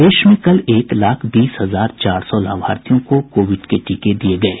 प्रदेश में कल एक लाख बीस हजार चार सौ लाभार्थियों को कोविड के टीके दिये गये